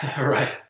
Right